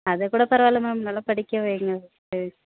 அதுக்கூட பரவாயில்லை மேம் நல்லா படிக்க வைங்க சரி